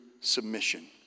submission